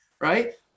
right